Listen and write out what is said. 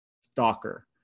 stalker